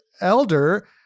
elder